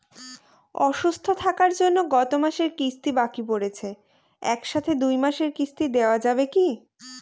অসুস্থ থাকার জন্য গত মাসের কিস্তি বাকি পরেছে এক সাথে দুই মাসের কিস্তি দেওয়া যাবে কি?